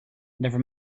never